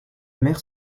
mère